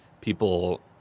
people